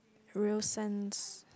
real sense